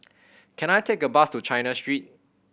can I take a bus to China Street